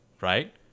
right